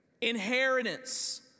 Inheritance